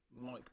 mike